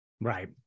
right